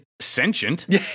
sentient